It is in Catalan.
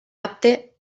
apte